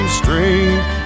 straight